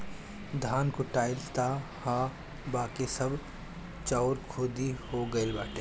धान कुटाइल तअ हअ बाकी सब चाउर खुद्दी हो गइल बाटे